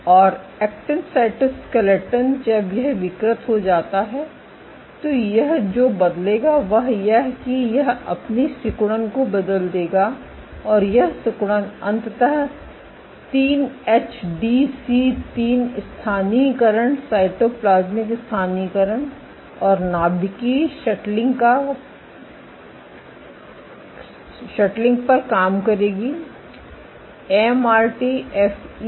और actin cytoskeleton द्वारा जब यह विकृत हो जाता है तो यह जो बदलेगा वह यह कि यह अपनी सिकुड़न को बदल देगा और यह सिकुड़न अंततः 3एचडीएसी3 स्थानीयकरण साइटोप्लाज्मिक स्थानीयकरण और नाभिकीय शट्लिंग पर काम करेगी एमआरटीएफई